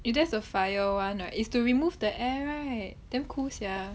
eh that's the fire one right is to remove the air right damn cool sia